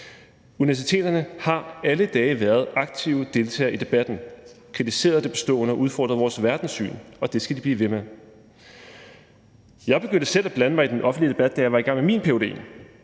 Universiteterne har alle dage været aktive deltagere i debatten, kritiseret det bestående og udfordret vores verdenssyn, og det skal de blive ved med. Jeg begyndte selv at blande mig i den offentlige debat, da jeg var i gang med min ph.d.,